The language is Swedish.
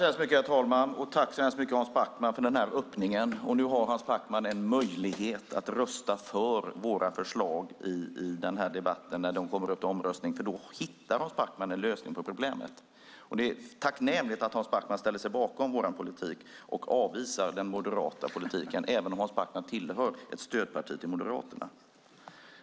Herr talman! Jag tackar Hans Backman så mycket för den här öppningen. Nu har Hans Backman en möjlighet att rösta för våra förslag när de kommer till omröstning, för då hittar han en lösning på problemet. Det är tacknämligt att Hans Backman ställer sig bakom vår politik och avvisar den moderata politiken, även om han tillhör ett stödparti till Moderaterna.